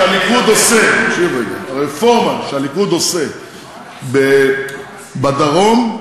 הרפורמה שהליכוד עושה בדרום,